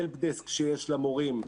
ה-helpdesk שיש למורים,